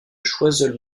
choiseul